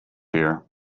here